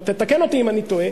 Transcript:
תקן אותי אם אני טועה,